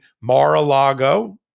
Mar-a-Lago